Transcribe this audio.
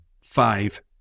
five